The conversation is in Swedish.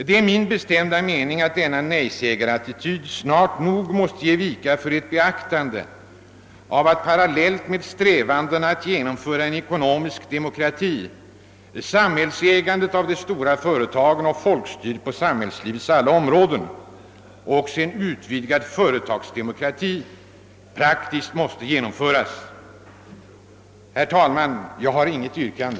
Dei är min bestämda mening, att denna nejsägarattityd snart nog måste ge vika för ett beaktande av att — parallellt med strävandena att genomföra en ekonomisk demokrati — samhällsägande av de stora företagen och folkstyre på näringslivets alla områden liksom även en utvidgad företagsdemokrati praktiskt måste genomföras. Herr talman! Jag har inget yrkande.